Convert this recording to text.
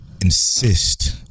Insist